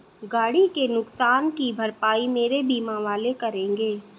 गाड़ी के नुकसान की भरपाई मेरे बीमा वाले करेंगे